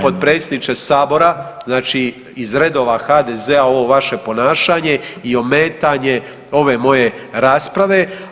potpredsjedniče Sabora znači iz redova HDZ-a ovo vaše ponašanje i ometanje ove moje rasprave.